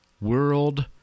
World